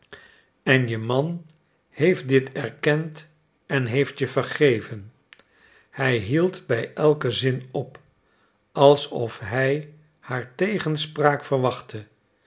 en je man heeft dit erkend en heeft je vergeven hij hield bij elken zin op alsof hij haar tegenspraak verwachtte